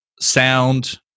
sound